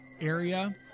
area